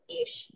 ish